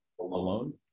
Alone